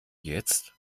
jetzt